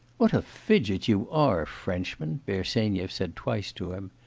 what a fidget you are, frenchman bersenyev said twice to him.